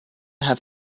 have